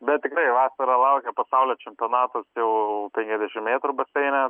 bet tikrai vasarą laukia pasaulio čempionatas jau penkiasdešim metrų baseine